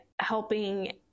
helping